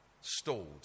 stalled